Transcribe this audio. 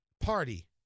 party